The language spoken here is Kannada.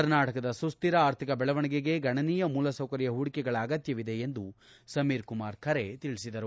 ಕರ್ನಾಟಕದ ಸುಸ್ತಿರ ಆರ್ಥಿಕ ಬೆಳವಣೆಗೆಗೆ ಗಣನೀಯ ಮೂಲಸೌಕರ್ಯ ಹೂಡಿಕೆಗಳ ಅಗತ್ಯವಿದೆ ಎಂದು ಸಮೀರ್ ಕುಮಾರ್ ಖರೆ ತಿಳಿಸಿದರು